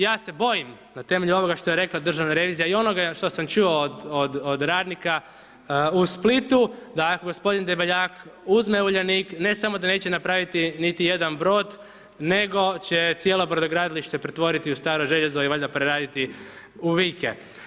Ja se bojim na temelju ovoga što je rekla Državna revizija i onoga što sam čuo od radnika u Splitu da ako g. Debeljak uzme Uljanik, ne samo da neće napraviti jedan brod nego će cijelo brodogradilište pretvoriti u staro željezo i valjda preraditi u vijke.